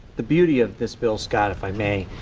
the beauty of this bill, scott if i may,